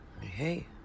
hey